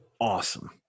awesome